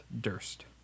Durst